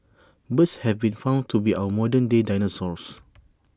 birds have been found to be our modern day dinosaurs